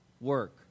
work